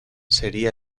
sería